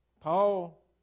Paul